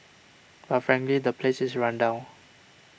but frankly the places is run down